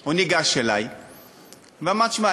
הוא ניגש אלי ואמר: תשמע,